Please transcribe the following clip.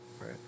right